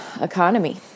economy